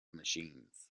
machines